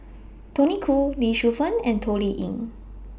Tony Khoo Lee Shu Fen and Toh Liying